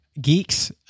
geeks